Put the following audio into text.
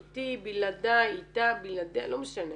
איתי, בלעדיי, איתה, בלעדיה, לא משנה